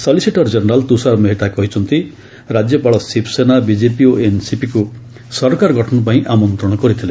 solicitor general Tushar Mehta ଯୁକ୍ତି ଦର୍ଶାଇଥିଲେ ରାଜ୍ୟପାଳ ଶିବସେନା ବିଜେପି ଓ ଏନ୍ସିପିକୁ ସରକାର ଗଠନପାଇଁ ଆମନ୍ତ୍ରଣ କରିଥିଲେ